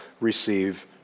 receive